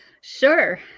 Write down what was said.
Sure